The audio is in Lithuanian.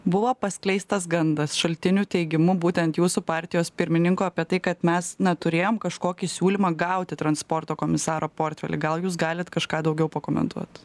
buvo paskleistas gandas šaltinių teigimu būtent jūsų partijos pirmininko apie tai kad mes na turėjom kažkokį siūlymą gauti transporto komisaro portfeliui gal jūs galit kažką daugiau pakomentuot